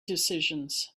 decisions